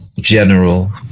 general